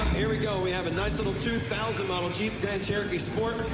here we go. we have a nice, little two thousand model jeep grand cherokee sport,